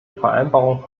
vereinbarungen